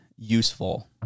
useful